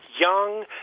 young